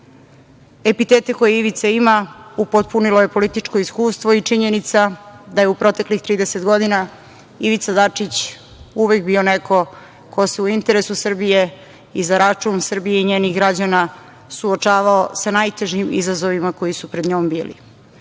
epitete koje Ivica ima upotpunilo je političko iskustvo i činjenica da je u proteklih 30 godina Ivica Dačić uvek bio neko ko se u interesu Srbije i za račun Srbije i njenih građana suočavao sa najtežim izazovima koji su pred njom bili.